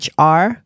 hr